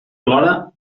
plora